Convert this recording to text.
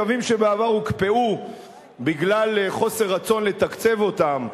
קווים שבעבר הוקפאו בגלל חוסר רצון לתקצב אותם,